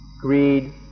greed